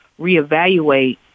reevaluate